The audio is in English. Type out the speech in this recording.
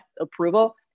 approval